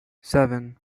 seven